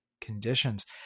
conditions